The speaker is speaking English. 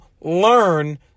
learn